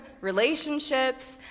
relationships